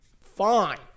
fine